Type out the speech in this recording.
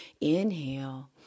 Inhale